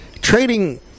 trading